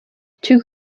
two